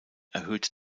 erhöht